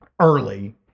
early